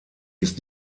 ist